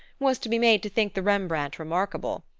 was to be made to think the rembrandt remarkable.